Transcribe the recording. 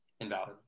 invalid